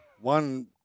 One